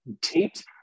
taped